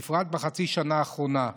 בפרט בחצי השנה האחרונה.